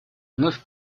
вновь